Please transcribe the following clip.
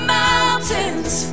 mountains